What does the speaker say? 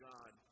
God